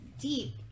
deep